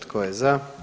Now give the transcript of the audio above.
Tko je za?